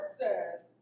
says